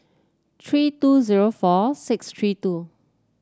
three two zero four six three two